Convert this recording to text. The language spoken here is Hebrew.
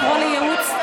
לקרוא לייעוץ?